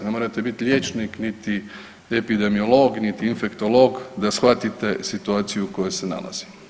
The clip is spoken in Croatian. Ne morate biti liječnik niti epidemiolog, niti infektolog da shvatite situaciju u kojoj se nalazimo.